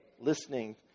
listening